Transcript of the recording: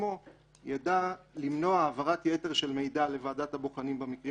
ידע למנוע העברת יתר של מידע לוועדת הבוחנים במקרים